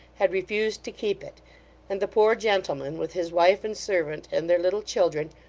had refused to keep it and the poor gentleman, with his wife and servant and their little children,